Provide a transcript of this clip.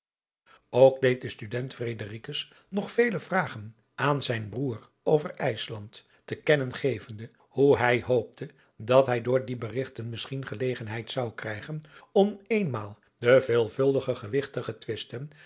ook deed de student fredericus nog vele vragen aan zijn broêr over ijsland te kennen gevende hoe hij hoopte dat hij door die berigten misschien gelegenheid zou krijgen om eenmaal de veelvuldige gewigtige twisten